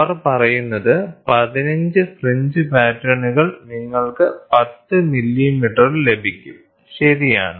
അവർ പറയുന്നത് 15 ഫ്രിഞ്ച് പാറ്റേണുകൾ നിങ്ങൾക്ക് 10 മില്ലിമീറ്ററിൽ ലഭിക്കും ശരിയാണ്